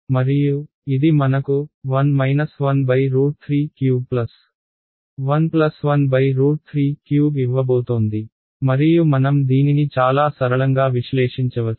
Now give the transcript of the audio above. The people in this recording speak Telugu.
మరియు ఇది మనకు 1 1√3³ 11√3³ ఇవ్వబోతోంది మరియు మనం దీనిని చాలా సరళంగా విశ్లేషించవచ్చు